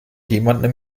jemanden